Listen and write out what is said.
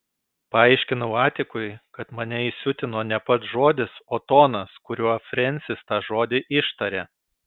paaiškinau atikui kad mane įsiutino ne pats žodis o tonas kuriuo frensis tą žodį ištarė